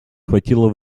хватило